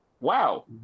wow